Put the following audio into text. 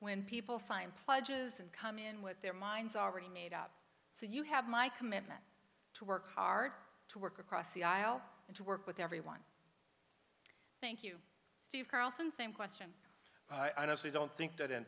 when people sign pledges and come in with their minds already made up so you have my commitment to work hard to work across the aisle and to work with everyone thank you steve carlson same question i guess we don't think that in